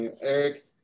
Eric